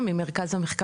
הממ"מ.